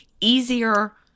easier